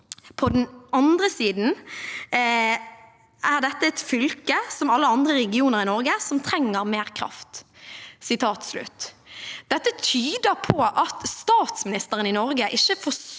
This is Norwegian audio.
på den andre siden at dette er et fylke som alle andre regioner i Norge som trenger mer kraft.» Dette tyder på at statsministeren i Norge ikke